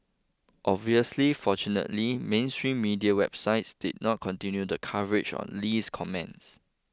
obviously fortunately mainstream media websites did not continue the coverage on Lee's comments